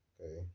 okay